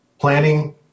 planning